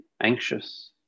anxious